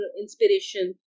inspiration